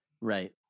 Right